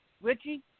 Richie